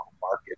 market